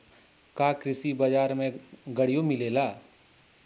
का कृषि बजार में गड़ियो मिलेला?